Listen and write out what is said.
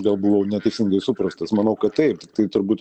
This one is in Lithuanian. gal buvau neteisingai suprastas manau kad taip tiktai turbūt